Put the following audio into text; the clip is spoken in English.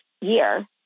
year